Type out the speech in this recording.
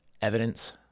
evidence